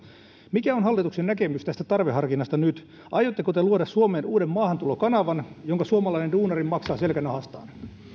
mikä on hallituksen näkemys tästä tarveharkinnasta nyt aiotteko te luoda suomeen uuden maahantulokanavan jonka suomalainen duunari maksaa selkänahastaan